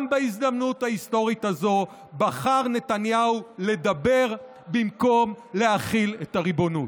גם בהזדמנות ההיסטורית הזו בחר נתניהו לדבר במקום להחיל את הריבונות.